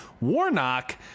Warnock